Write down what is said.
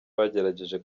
bagerageje